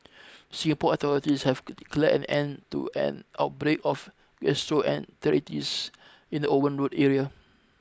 Singapore authorities have declared an end to an outbreak of gastroenteritis in the Owen Road area